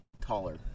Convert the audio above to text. taller